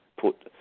put